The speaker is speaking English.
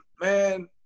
man